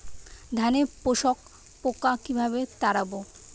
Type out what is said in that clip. ধানে শোষক পোকা কিভাবে তাড়াব?